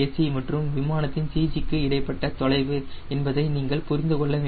c of the tail மற்றும் விமானத்தின் CG க்கும் இடைப்பட்ட தொலைவு என்பதை நீங்கள் புரிந்து கொள்ள வேண்டும்